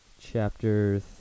chapter